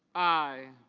i.